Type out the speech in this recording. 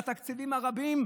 בתקציבים הרבים,